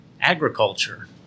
Agriculture